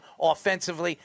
offensively